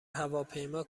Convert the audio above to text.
هواپیما